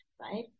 right